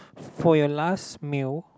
for your last meal